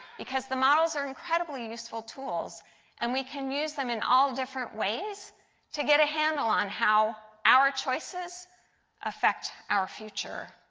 the models are incredibly useful tools and we can use them in all different ways to get a handle on how our choices affect our future.